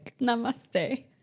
namaste